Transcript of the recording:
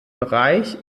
bereich